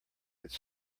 its